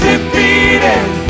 defeated